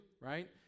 right